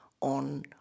on